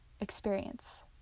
experience